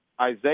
Isaiah